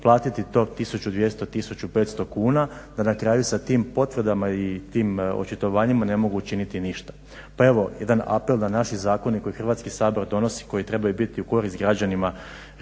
platiti to 1200, 1500 kuna da na kraju sa tim potvrdama i tim očitovanjima ne mogu učiniti ništa. Pa evo jedan apel da naši zakoni koje Hrvatski sabor donosi koji trebaju biti u korist građanima